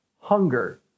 hunger